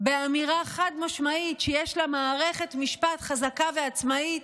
באמירה חד-משמעית שיש לה מערכת משפט חזקה ועצמאית,